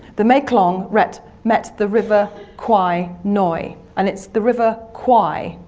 the mae klong met met the river kwai noi, and it's the river kwai.